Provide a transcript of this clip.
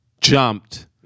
jumped